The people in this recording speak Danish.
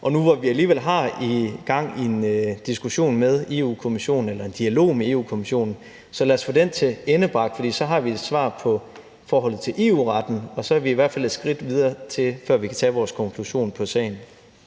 Og nu, hvor vi alligevel har gang i en dialog med Europa-Kommissionen, så lad os få den tilendebragt, for så har vi et svar på forholdet til EU-retten, og så er vi i hvert fald et skridt videre, før vi kan lave vores konklusion på sagen.